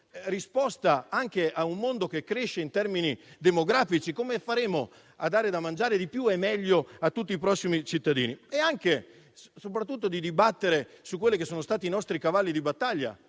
risposta anche a un mondo che cresce in termini demografici e capire come faremo a dare da mangiare di più e meglio a tutti i prossimi cittadini. Soprattutto, si dibatterà su quelli che sono stati i nostri cavalli di battaglia,